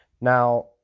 Now